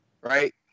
right